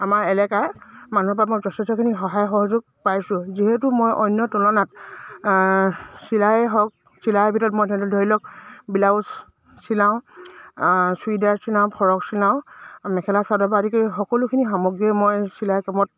আমাৰ এলেকাৰ মানুহৰ পৰা মই যথেষ্টখিনি সহায় সহযোগ পাইছোঁ যিহেতু মই অন্য তুলনাত চিলাই হওক চিলাই ভিতৰত মই ধৰি ধৰি লওক ব্লাউজ চিলাওঁ চুইডাৰ চিলাওঁ ফ্ৰক চিলাওঁ মেখেলা চাদৰ বা আদি কৰি সকলোখিনি সামগ্ৰী মই চিলাই কামত